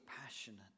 passionate